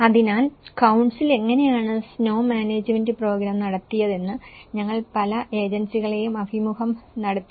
അതിനാൽ കൌൺസിൽ എങ്ങനെയാണ് snow management programme നടത്തിയതെന്ന് ഞങ്ങൾ പല ഏജൻസികളെയും അഭിമുഖം നടത്തി